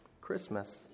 Christmas